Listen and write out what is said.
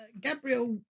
Gabriel